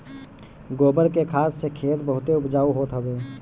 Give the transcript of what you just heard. गोबर के खाद से खेत बहुते उपजाऊ होत हवे